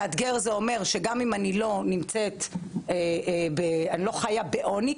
מאתגר הכוונה שגם אם אני לא חיה בעוני,